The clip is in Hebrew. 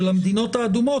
של המדינות האדומות,